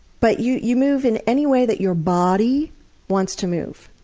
but you you move in any way that your body wants to move.